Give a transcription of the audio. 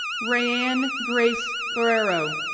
raeann grace boero,